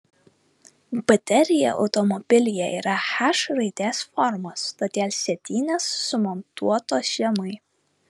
baterija automobilyje yra h raidės formos todėl sėdynės sumontuotos žemai